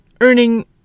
earning